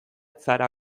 zara